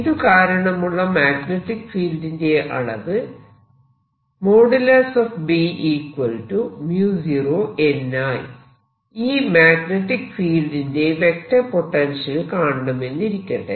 ഇത് കാരണമുള്ള മാഗ്നെറ്റിക് ഫീൽഡിന്റെ അളവ് ഈ മാഗ്നെറ്റിക് ഫീൽഡിന്റെ വെക്റ്റർ പൊട്ടൻഷ്യൽ കാണണമെന്നിരിക്കട്ടെ